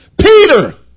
Peter